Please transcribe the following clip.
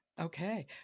Okay